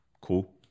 Cool